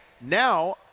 now